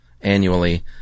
annually